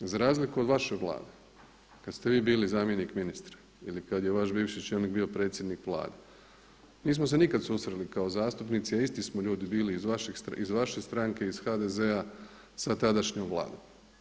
Za razliku od vaše Vlade kad ste vi bili zamjenik ministra ili kad je vaš bivši čelnik bio predsjednik Vlade nismo se nikad susreli kao zastupnici, a isti smo ljudi bili iz vaše stranke, iz HDZ-a sa tadašnjom Vladom.